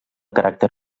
caràcter